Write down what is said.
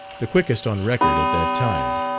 the quickest on record at that time,